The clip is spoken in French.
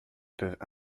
peuvent